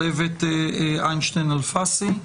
עו"ד שלהבת אינשטיין אלפסי.